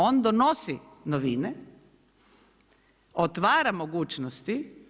On donosi novine, otvara mogućnosti.